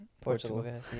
Portugal